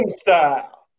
style